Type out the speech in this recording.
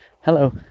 Hello